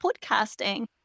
podcasting